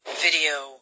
video